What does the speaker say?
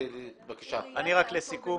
כמה מילים לסיום.